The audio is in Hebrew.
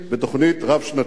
בתוכנית רב-שנתית,